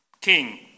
King